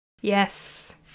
Yes